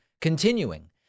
Continuing